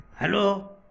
Hello